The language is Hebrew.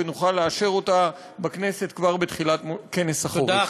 ונוכל לאשר אותה בכנסת כבר בתחילת כנס החורף.